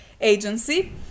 agency